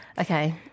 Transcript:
Okay